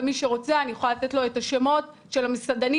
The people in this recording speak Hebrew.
ומי שרוצה אני יכולה לתת לו את השמות של המסעדנים,